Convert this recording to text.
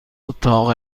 اتاق